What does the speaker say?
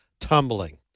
tumbling